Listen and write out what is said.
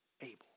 able